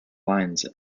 lines